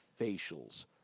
facials